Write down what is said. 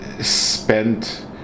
spent